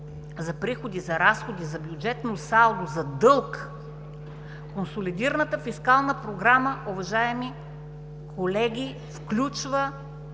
за приходи, за разходи, за бюджетно салдо, за дълг – консолидираната фискална програма, уважаеми колеги, включва